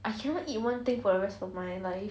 I cannot eat one thing for the rest of my life